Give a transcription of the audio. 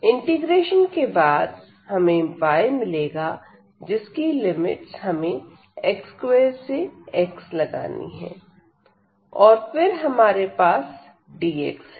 integration के बाद हमें y मिलेगा जिसकी लिमिट्स हमें x2 से x लगानी है और फिर हमारे पास dx है